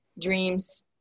Dreams